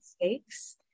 mistakes